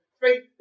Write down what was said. faith